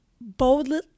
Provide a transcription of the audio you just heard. boldly